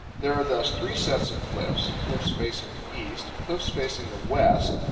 there are thus three sets of cliffs cliffs facing the east, cliffs facing the west,